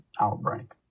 outbreak